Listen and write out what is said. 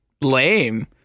lame